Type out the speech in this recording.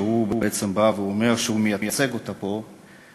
שהוא בעצם בא ואומר שהוא מייצג אותה פה,